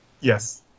Yes